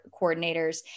coordinators